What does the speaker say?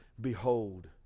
behold